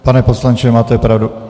Pane poslanče, máte pravdu.